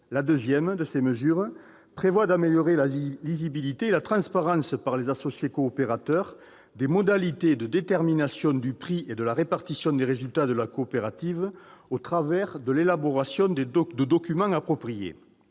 La deuxième prévoit d'améliorer la lisibilité et la transparence par les associés coopérateurs des modalités de détermination du prix et de la répartition des résultats de la coopérative au travers de l'élaboration de documents appropriés.